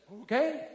okay